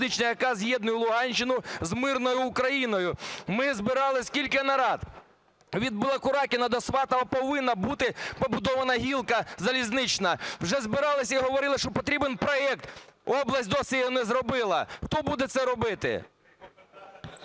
яка з'єднує Луганщину з мирною Україною. Ми збирали скільки нарад. Від Білокуракиного до Сватового повинна бути побудована гілка залізнична. Вже збиралися і говорили, що потрібен проект, область досі його не зробила. Хто буде це робити?